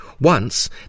Once